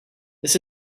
this